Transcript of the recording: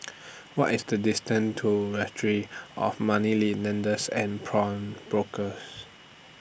What IS The distance to Registry of money lenders and Pawnbrokers